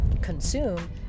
consume